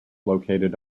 located